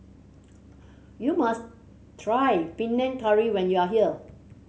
you must try Panang Curry when you are here